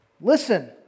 Listen